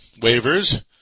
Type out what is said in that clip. waivers